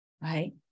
right